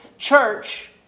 church